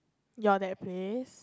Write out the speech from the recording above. your that place